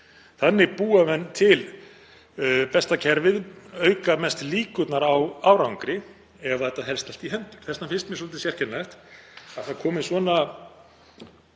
Þannig búa menn til besta kerfið, auka mest líkurnar á árangri ef þetta helst allt í hendur. Þess vegna finnst mér svolítið sérkennilegt að fram komi svona